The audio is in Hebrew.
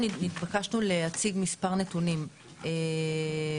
התבקשנו להציג מספר נתונים לוועדה,